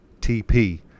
TP